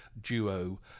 duo